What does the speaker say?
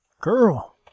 girl